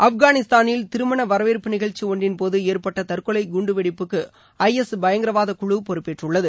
ஆப்கானிஸ்தானில் திருமண வரவேற்பு நிகழ்ச்சி ஒன்றின்போது ஏற்பட்ட தற்கொலை குண்டு வெடிப்புக்கு ஐ எஸ் பயங்கரவாத குழு பொறுப்பேற்றுள்ளது